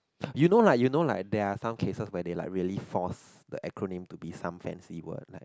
you know lah you know lah there are some cases where they like really force the acronym to be some fancy word like